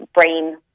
brain